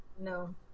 No